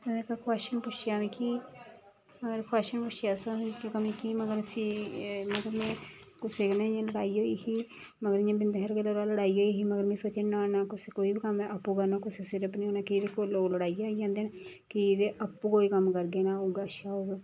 में अगर कोश्चन पुच्छेआ मिकी होर कोच्शन पुच्छेआ असें कि मतलब इसी में कुसै कन्नै इ'यां लड़ाई होई ही मगर इयां बिंद हारी गल्ला रा लड़ाई होई ही मगर में सोचेआ के नां नां कुसै कोई बी कम्म ऐ आपूं करना कुसै सिरे उप्पर नी होना लोक लड़ाइयै आई जंदे न कि गी आपूं कोई कम्म करगे ना उयै अच्छा होग